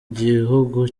gihugu